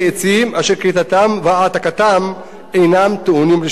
אשר כריתתם והעתקתם אינם טעונים רשיון.